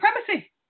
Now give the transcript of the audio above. supremacy